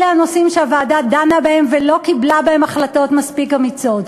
אלה הנושאים שהוועדה דנה בהם ולא קיבלה בהם החלטות מספיק אמיצות.